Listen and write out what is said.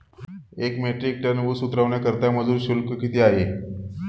एक metric ton ऊस उतरवण्याकरता मजूर शुल्क किती आहे?